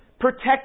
protect